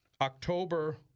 October